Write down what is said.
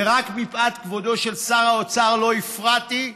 ורק מפאת כבודו של שר האוצר לא הפרעתי,